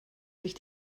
sich